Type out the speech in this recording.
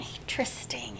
interesting